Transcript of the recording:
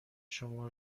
شما